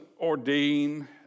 ordain